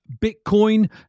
Bitcoin